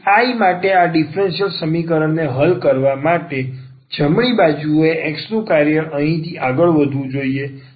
તેથી I માટે આ ડીફરન્સીયલ સમીકરણ ને હલ કરવા માટે જમણી બાજુએ x નું કાર્ય અહીંથી આગળ વધવું જોઈએ